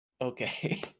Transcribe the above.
Okay